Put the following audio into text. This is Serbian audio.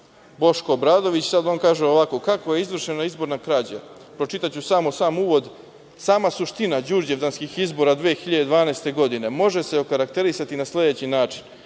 Boško Obradović, kaže ovako – kako je izvršena izborna krađa. Pročitaću samo sam uvod - sama suština đurđevdanskih izbora 2012. godine može se okarakterisati na sledeći način